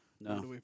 No